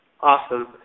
Awesome